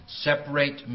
Separate